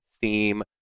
theme